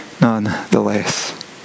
nonetheless